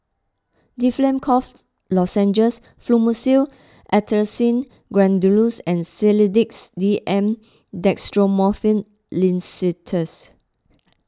Difflam Cough Lozenges Fluimucil Acetylcysteine Granules and Sedilix D M Dextromethorphan Linctus